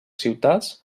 ciutats